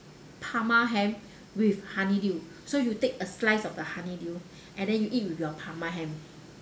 parma ham with honeydew so you take a slice of the honeydew and then you eat with your parma ham